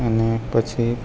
અને પછી